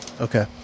Okay